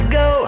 go